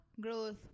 Growth